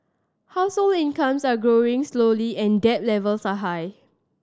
household incomes are growing slowly and debt levels are high